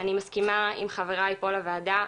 אני מסכימה עם חבריי פה לוועדה,